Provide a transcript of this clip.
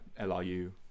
LRU